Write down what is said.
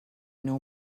know